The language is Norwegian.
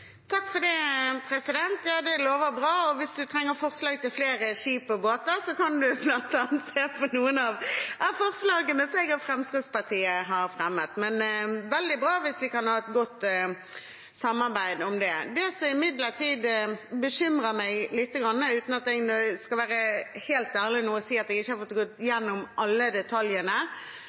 Ja, det lover bra. Hvis SV trenger forslag til flere skip og båter, kan de bl.a. se på noen av forslagene som jeg og Fremskrittspartiet har fremmet, men det er veldig bra hvis vi kan ha et godt samarbeid om det. Det som imidlertid bekymrer meg lite grann – jeg skal være helt ærlig nå og si at jeg ikke har rukket å gå gjennom alle detaljene